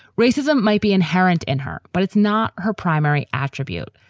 racism might be inherent in her. but it's not her primary attribute.